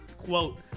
quote